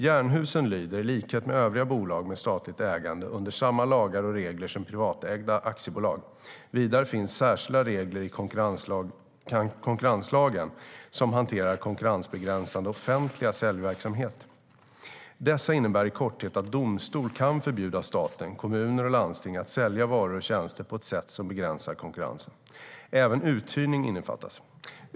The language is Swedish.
Jernhusen lyder, i likhet med övriga bolag med statligt ägande, under samma lagar och regler som privatägda aktiebolag. Vidare finns det särskilda regler i konkurrenslagen, 2008:579, som hanterar konkurrensbegränsande offentlig säljverksamhet. Dessa innebär i korthet att domstol kan förbjuda staten, kommuner och landsting att sälja varor och tjänster på ett sätt som begränsar konkurrensen. Även uthyrning innefattas.